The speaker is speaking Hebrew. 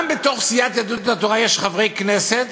גם בתוך סיעת יהדות התורה יש חברי כנסת